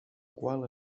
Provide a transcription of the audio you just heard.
qual